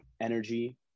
energy